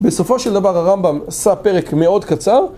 בסופו של דבר הרמב״ם עשה פרק מאוד קצר